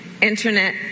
Internet